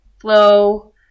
flow